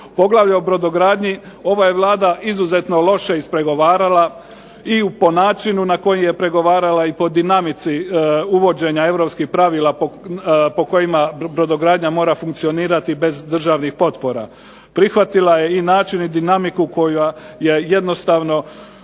Poglavlje o brodogradnji ova je Vlada izuzetno loše ispregovarala i po načinu na koji je pregovarala i po dinamici uvođenja europskih pravila po kojima brodogradnja mora funkcionirati bez državnih potpora. Prihvatila je i način i dinamiku koja je jednostavno